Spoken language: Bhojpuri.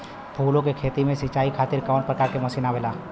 फूलो के खेती में सीचाई खातीर कवन प्रकार के मशीन आवेला?